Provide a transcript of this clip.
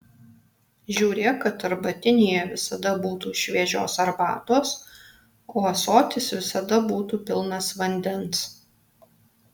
žiūrėk kad arbatinyje visada būtų šviežios arbatos o ąsotis visada būtų pilnas vandens